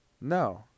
No